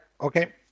okay